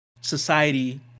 society